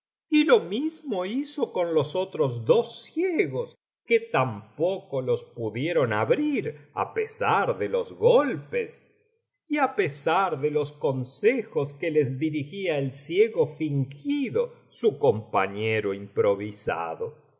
y lo mismo hizo con los otros dos ciegos que tampoco los pudieron abrir á pesar de los golpes y á pesar biblioteca valenciana generalitat valenciana historia del jorobado de los consejos que les dirigía el ciego fingido su compañero improvisado